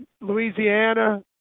Louisiana